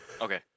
Okay